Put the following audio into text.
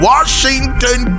Washington